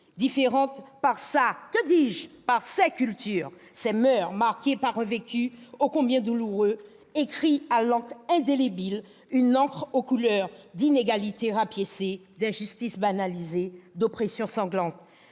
différente par sa- que dis-je !-, par ses cultures, ses moeurs, marquée par un vécu ô combien douloureux écrit à l'encre indélébile, une encre aux couleurs d'inégalités rapiécées, d'injustices banalisées, d'oppressions sanglantes.